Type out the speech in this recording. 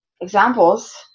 examples